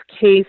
case